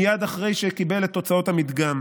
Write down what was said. מייד אחרי שקיבל את תוצאות המדגם: